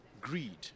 greed